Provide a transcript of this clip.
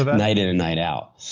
ah but night in and night out.